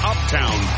Uptown